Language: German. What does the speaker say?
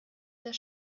der